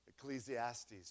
Ecclesiastes